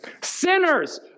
Sinners